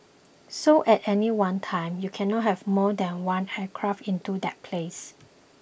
so at any one time you cannot have more than one aircraft into that place